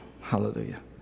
hallelujah